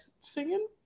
singing